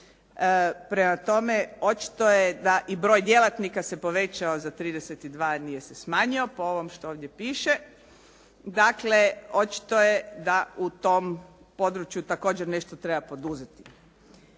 Prema tome, očito je da i broj djelatnika se povećao za 32, a nije se smanjio po ovome što ovdje piše. Dakle, očito je da u tom području također nešto treba poduzeti.